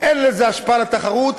אין לזה השפעה על התחרות,